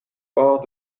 hors